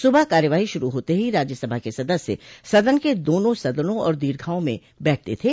सुबह कार्यवाही शुरू होते ही राज्यसभा के सदस्य सदन के दोनो सदनों और दीर्घाओं में बैठते थे